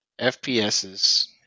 FPS's